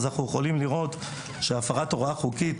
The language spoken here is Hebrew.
ואנחנו יכולים לראות שהפרת הוראה חוקית